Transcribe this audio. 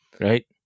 right